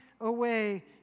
away